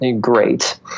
great